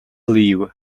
live